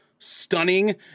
stunning